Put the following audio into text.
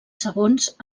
segons